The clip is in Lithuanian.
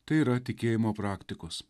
tai yra tikėjimo praktikos